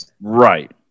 Right